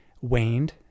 waned